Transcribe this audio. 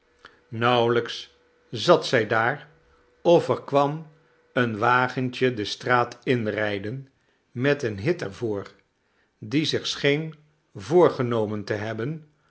nauwelijks zat zij daar of er kwam een wagentje de straat inrijden met een hit er voor die zich scheen voorgenomen te hebben